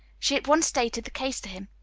she at once stated the case to him.